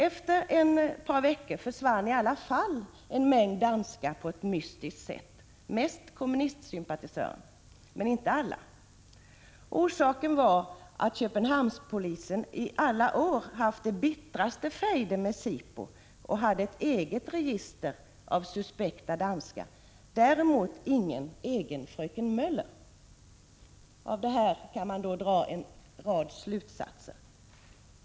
Efter ett par veckor försvann i alla fall en mängd danskar på ett mystiskt sätt — mest kommunistsympatisörer, men inte alla. Orsaken var att Köpenhamnspolisen i alla år haft de bittraste fejder med Sipo och hade ett eget register över suspekta danskar, däremot ingen egen fröken Möller. Av detta kan man dra en rad slutsatser.